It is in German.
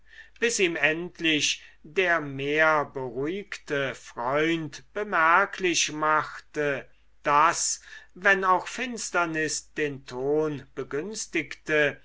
bis ihm endlich der mehr beruhigte freund bemerklich machte daß wenn auch finsternis den ton begünstige